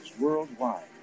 worldwide